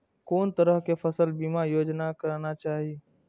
कोन तरह के फसल बीमा योजना कराना चाही?